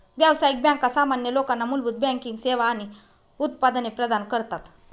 व्यावसायिक बँका सामान्य लोकांना मूलभूत बँकिंग सेवा आणि उत्पादने प्रदान करतात